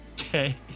Okay